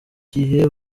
gihe